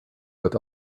but